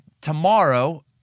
tomorrow